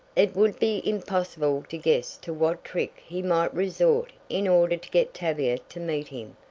it would be impossible to guess to what trick he might resort in order to get tavia to meet him,